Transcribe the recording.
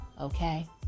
Okay